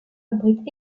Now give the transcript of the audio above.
abrite